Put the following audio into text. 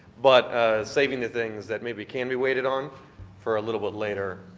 but saving the things that maybe can be waited on for a little bit later